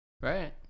right